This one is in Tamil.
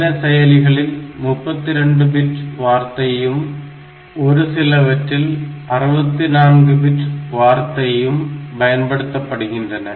சில செயலிகளில் 32 பிட் வார்த்தையும் ஒரு சிலவற்றில் 64 பிட் வார்த்தையும் பயன்படுத்தப்படுகின்றன